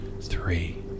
three